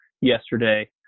yesterday